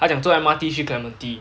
他讲坐 M_R_T 去 clementi